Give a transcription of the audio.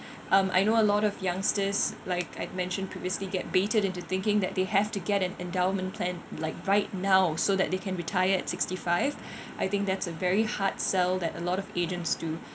um I know a lot of youngsters like I've mentioned previously get baited into thinking that they have to get an endowment plan like right now so that they can retire at sixty five I think that's a very hard sell that a lot of agents do